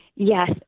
Yes